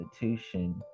institution